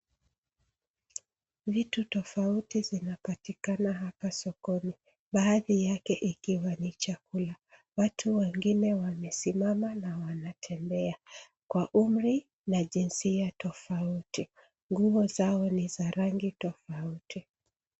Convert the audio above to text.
Vitu tofauti zinapatikana hapa sokoni baadhi yake ikiwa ni chakula. Watu wengine wamesimama na wanatembea kwa umri na jinsia tofauti. Nguo zao ni za rangi tofauti.